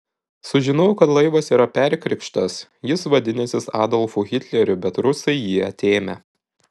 sužinojau kad laivas yra perkrikštas jis vadinęsis adolfu hitleriu bet rusai jį atėmę